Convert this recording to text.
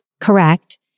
correct